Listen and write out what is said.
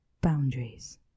boundaries